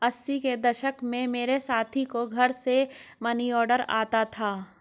अस्सी के दशक में मेरे साथी को घर से मनीऑर्डर आता था